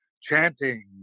Chanting